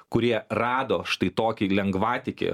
kurie rado štai tokį lengvatikį